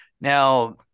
Now